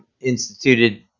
instituted